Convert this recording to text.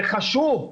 זה חשוב,